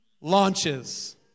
launches